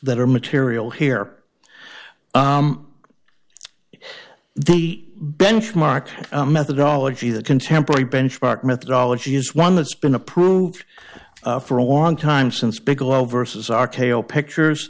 that are material here the benchmark methodology the contemporary benchmark methodology is one that's been approved for a long time since bigelow versus r k o pictures